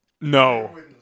no